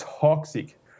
toxic